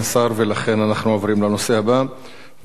נעבור להצעה לסדר-היום בנושא: